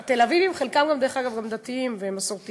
התל-אביבים, חלקם גם, דרך אגב, דתיים ומסורתיים.